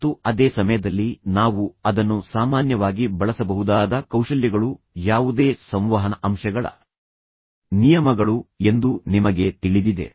ಮತ್ತು ಅದೇ ಸಮಯದಲ್ಲಿ ನಾವು ಅದನ್ನು ಸಾಮಾನ್ಯವಾಗಿ ಬಳಸಬಹುದಾದ ಕೌಶಲ್ಯಗಳು ಯಾವುದೇ ಸಂವಹನ ಅಂಶಗಳ ನಿಯಮಗಳು ಎಂದು ನಿಮಗೆ ತಿಳಿದಿದೆ